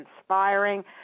inspiring